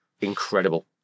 incredible